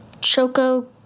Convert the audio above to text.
Choco